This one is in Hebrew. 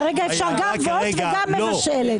כרגע אפשר גם וולט וגם מבשלת.